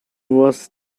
was